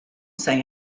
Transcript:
say